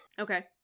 Okay